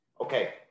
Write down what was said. Okay